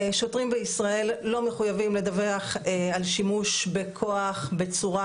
שוטרים בישראל לא מחויבים לדווח על שימוש בכוח בצורה